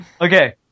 Okay